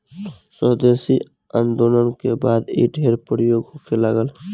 स्वदेशी आन्दोलन के बाद इ ढेर प्रयोग होखे लागल